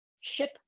ship